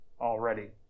already